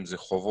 אם זה חובות,